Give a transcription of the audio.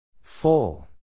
Full